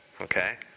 Okay